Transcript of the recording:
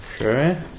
Okay